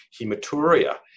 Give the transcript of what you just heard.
hematuria